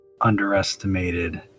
underestimated